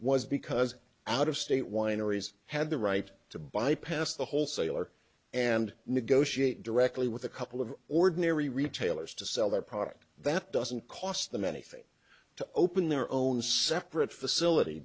was because out of state wineries had the right to bypass the wholesaler and negotiate directly with a couple of ordinary retailers to sell their product that doesn't cost them anything to open their own separate facility